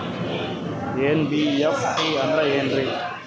NBFC ಅಂದ್ರ ಏನ್ರೀ?